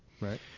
Right